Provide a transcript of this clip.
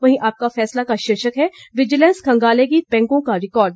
वहीं आपका फैसला का शीर्षक है विजीलैंस खंगालेगी तीन बैंकों का रिकार्ड